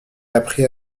appris